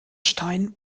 stein